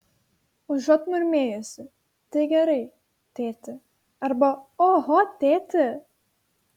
užuot murmėjusi tai gerai tėti arba oho tėti